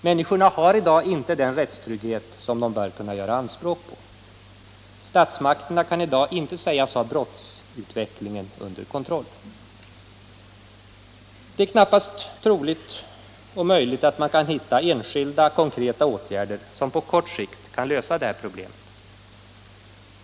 Människorna har i dag inte den rättstrygghet som de bör kunna göra anspråk på. Statsmakterna kan i dag inte sägas ha brottsutvecklingen under kontroll. Det är knappast troligt och möjligt att man kan hitta enskilda, konkreta åtgärder som på kort sikt kan lösa det här problemet.